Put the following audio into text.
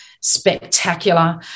spectacular